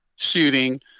shooting